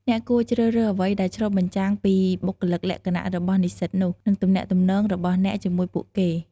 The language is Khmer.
អ្នកគួរជ្រើសរើសអ្វីដែលឆ្លុះបញ្ចាំងពីបុគ្គលិកលក្ខណៈរបស់និស្សិតនោះ និងទំនាក់ទំនងរបស់អ្នកជាមួយពួកគេ។